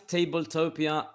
Tabletopia